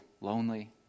lonely